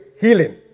Healing